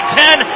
ten